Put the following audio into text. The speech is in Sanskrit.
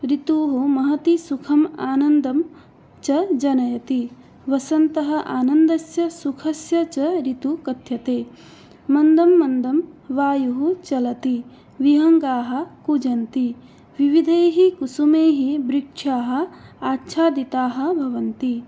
ऋतुः महत् सुखम् आनन्दं च जनयति वसन्तः आनन्दस्य सुखस्य च ऋतुः कथ्यते मन्दं मन्दं वायुः चलति विहङ्गाः कूजन्ति विविधैः कुसुमैः वृक्षाः आच्छादिताः भवन्ति